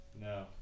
No